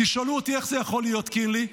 תשאלו אותי: איך זה יכול להיות, קינלי?